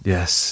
Yes